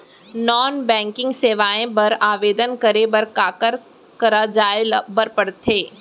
non banking सेवाएं बर आवेदन करे बर काखर करा जाए बर परथे